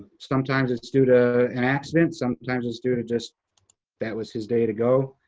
sometimes it's due to an accident, sometimes it's due to just that was his day to go.